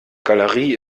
galerie